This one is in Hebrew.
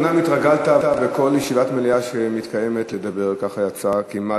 אומנם התרגלת לדבר כמעט